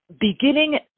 beginning